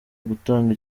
gutanga